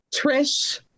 Trish